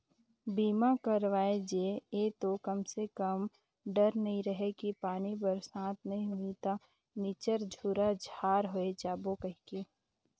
बीमा करवाय जे ये तो कम से कम डर नइ रहें कि पानी बरसात नइ होही त निच्चर झूरा झार होय जाबो कहिके